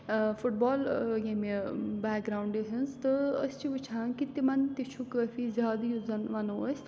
foot بال ییٚمہِ background ہٕنٛز تہٕ أسۍ چھِ وٕچھان کہِ تِمن تہِ چھُ کٲفی زیادٕ یُس زَن وَنو أسۍ